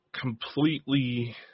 completely